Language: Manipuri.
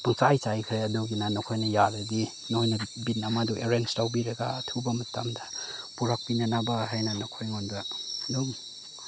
ꯄꯨꯡꯆꯥꯏ ꯆꯥꯏꯈ꯭ꯔꯦ ꯑꯗꯨꯒꯤꯅ ꯅꯈꯣꯏꯅ ꯌꯥꯔꯗꯤ ꯅꯣꯏꯅ ꯕꯤꯟ ꯑꯃꯗꯣ ꯑꯦꯔꯦꯟꯖ ꯇꯧꯕꯤꯔꯒ ꯑꯊꯨꯕ ꯃꯇꯝꯗ ꯄꯨꯔꯛꯄꯤꯅꯅꯕ ꯍꯥꯏꯅ ꯅꯈꯣꯏꯉꯣꯟꯗ ꯑꯗꯨꯝ